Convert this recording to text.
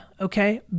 okay